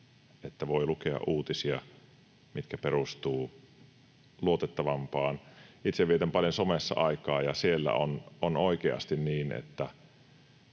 että voi lukea uutisia, mitkä perustuvat luotettavampaan... Itse vietän somessa paljon aikaa, ja siellä on oikeasti niin, että